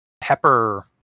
pepper